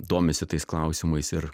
domisi tais klausimais ir